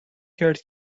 کرد